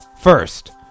first